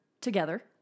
together